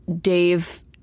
Dave